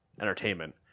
entertainment